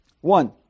One